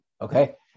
Okay